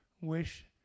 wish